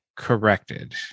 corrected